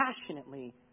passionately